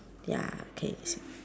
ya K s~